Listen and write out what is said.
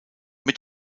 mit